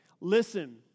Listen